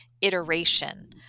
iteration